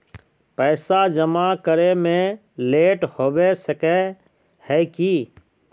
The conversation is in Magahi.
पैसा जमा करे में लेट होबे सके है की?